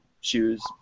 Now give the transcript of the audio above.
shoes